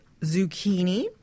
zucchini